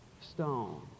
stone